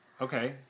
Okay